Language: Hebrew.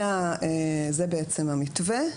זה בעצם המתווה.